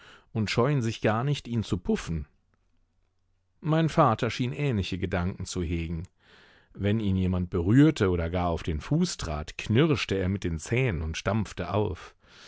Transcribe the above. und scheuen sich gar nicht ihn zu puffen mein vater schien ähnliche gedanken zu hegen wenn ihn jemand berührte oder gar auf den fuß trat knirschte er mit den zähnen und stampfte auf